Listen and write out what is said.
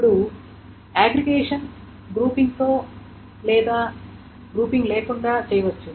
ఇప్పుడు aggregation grouping తో లేదా లేకుండా చేయవచ్చు